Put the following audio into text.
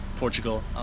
Portugal